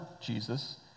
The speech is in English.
Jesus